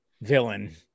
villain